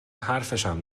حرفشم